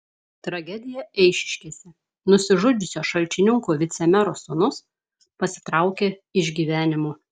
tragedija eišiškėse nusižudžiusio šalčininkų vicemero sūnus pasitraukė iš gyvenimo